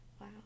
wow